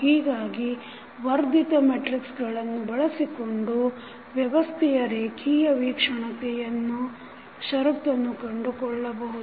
ಹೀಗಾಗಿ ವರ್ಧಿತ ಮೆಟ್ರಿಕ್ಸಗಳನ್ನು ಬಳಸಿಕೊಂಡು ವ್ಯವಸ್ಥೆಯ ರೇಖಿಯ ವೀಕ್ಷಣೀಯತೆಯ ಶರತ್ತನ್ನು ಕಂಡುಕೊಳ್ಳಬಹುದು